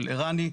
של רני,